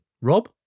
Rob